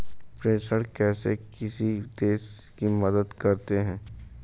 प्रेषण कैसे किसी देश की मदद करते हैं?